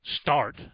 Start